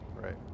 Right